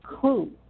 clue